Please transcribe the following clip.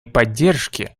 поддержке